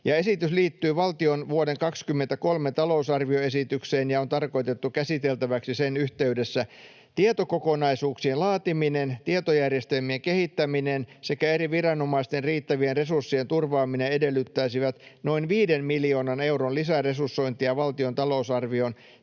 Esitys liittyy valtion vuoden 2023 talousarvioesitykseen ja on tarkoitettu käsiteltäväksi sen yhteydessä. Tietokokonaisuuksien laatiminen, tietojärjestelmien kehittäminen sekä eri viranomaisten riittävien resurssien turvaaminen edellyttäisivät noin viiden miljoonan euron lisäresursointia valtion talousarvioon.